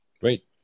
Great